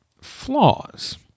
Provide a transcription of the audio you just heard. flaws